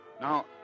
Now